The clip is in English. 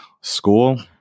school